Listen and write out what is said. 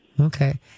Okay